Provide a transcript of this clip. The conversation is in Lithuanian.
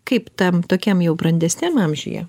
kaip tam tokiam jau brandesniam amžiuje